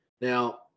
Now